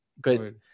good